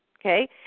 okay